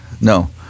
no